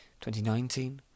2019